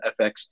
FX